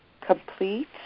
complete